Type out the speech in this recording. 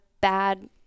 bad